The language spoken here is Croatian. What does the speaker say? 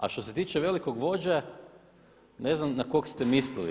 A što se tiče velikog vođe, ne znam na kog ste mislili?